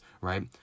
right